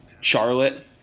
Charlotte